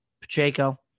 Pacheco